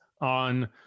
on